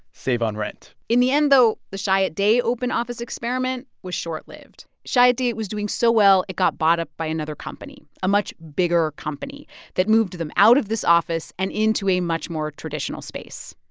save on rent in the end, though, the chiat day open office experiment was short-lived. chiat day was doing so well, it got bought up by another company, a much bigger company that moved them out of this office and into a much more traditional space.